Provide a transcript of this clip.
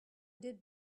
did